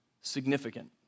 significant